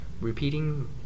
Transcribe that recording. repeating